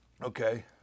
Okay